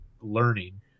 learning